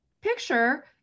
picture